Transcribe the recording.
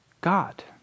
God